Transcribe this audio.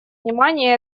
внимание